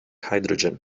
hydrogen